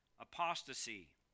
apostasy